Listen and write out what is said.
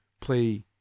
play